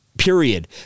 period